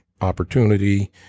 opportunity